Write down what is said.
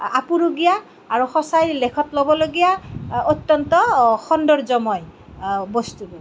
আপুৰুগীয়া আৰু সঁচাই লেখত ল'বলগীয়া অত্যন্ত সৌন্দৰ্য্যময় বস্তুবোৰ